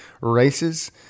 races